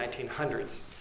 1900s